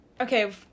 Okay